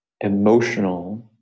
emotional